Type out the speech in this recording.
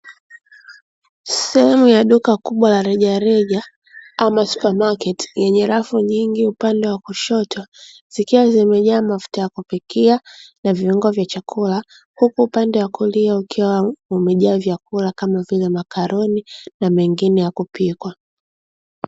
Sehemu ya duka kubwa la reja reja au “supermarket” yenye rafu nyingi upande wa kushoto zikiwa zimejaa mafuta ya kupika na viungo vya chakula, huku upande wa kulia ukiwa umejaa vyakula kama vile makaroni na mengine ya kupikwa.